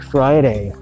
Friday